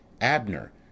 Abner